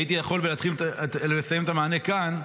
הייתי יכול לסיים את המענה כאן,